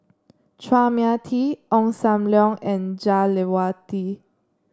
Chua Mia Tee Ong Sam Leong and Jah Lelawati